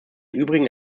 übrigen